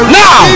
now